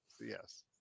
Yes